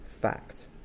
fact